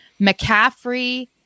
McCaffrey